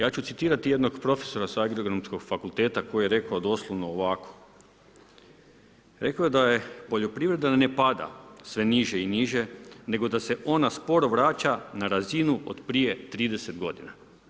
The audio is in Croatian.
Ja ću citirati jednog profesora sa Agronomskog fakulteta koji rekao doslovno ovako, rekao je da poljoprivreda ne pada sve niže i niže, nego da se ona sporo vraća na razinu od prije 30 godina.